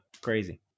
Crazy